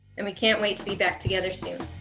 and we can't wait to be back together soon.